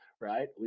right